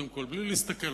בלי להסתכל,